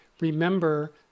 remember